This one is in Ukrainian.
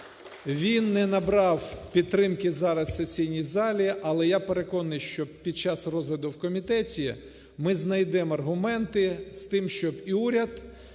він не набрав підтримки зараз в сесійній залі, але я переконаний, що під час розгляду в комітеті ми знайдемо аргументи з тим, щоб і уряд